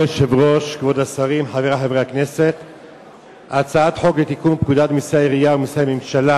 אנחנו עוברים להצעת חוק לתיקון פקודת מסי העירייה ומסי הממשלה